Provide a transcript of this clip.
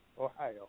Ohio